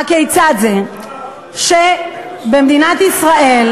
טענה: הכיצד זה שבמדינת ישראל,